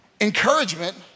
encouragement